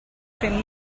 ffrind